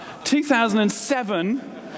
2007